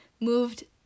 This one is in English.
moved